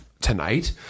Tonight